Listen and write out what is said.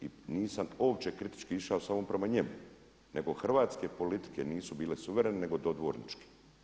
I nisam uopće kritički išao samo prema njemu, nego hrvatske politike nisu bile suverene nego dodvorničke.